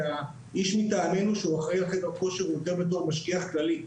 והאיש מטעמנו שאחראי על חדר הכושר הוא יותר משגיח באופן כללי.